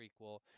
prequel